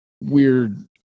weird